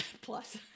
Plus